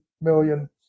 million